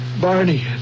Barney